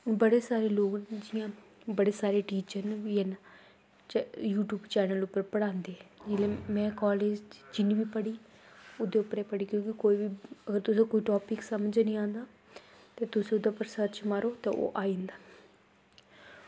बड़े सारे लोग जियां बड़े सारे टीचर न बी हैन यूट्यूब चैनल उप्पर पढ़ांदे जेह्ड़े में कालेज़ च जिन्नी बी पढ़ी ओह्दे उप्परा गै पढ़ियै कि कोई बी अगर तुसेंगी कोई टापिक समझ निं आंदा ते तुस ओह्दे उप्पर सर्च मारो ते ओह् आई जंदा